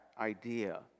idea